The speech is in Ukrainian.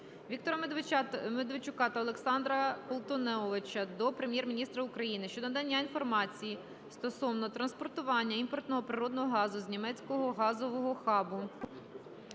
Віктора Медведчука та Олександра Колтуновича до Прем'єр-міністра України щодо надання інформації стосовно транспортування імпортованого природного газу з німецького газового хабу